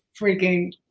freaking